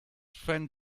friend